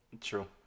True